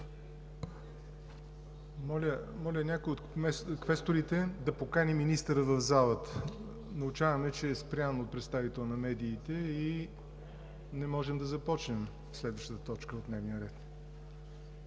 Моля, някой от квесторите да покани министъра в залата. Научаваме, че е спрян от представители на медиите и не можем да започнем следващата точка от дневния ред.